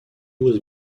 was